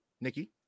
Nikki